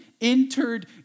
entered